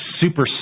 super